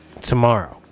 tomorrow